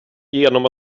genom